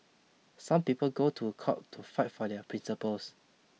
some people go to court to fight for their principles